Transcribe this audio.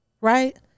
right